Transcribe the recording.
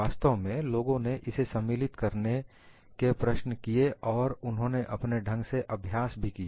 वास्तव में लोगों ने इसे सम्मिलित करने के प्रश्न किए और उन्होंने अपने ढंग से अभ्यास भी किए